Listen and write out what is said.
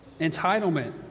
Entitlement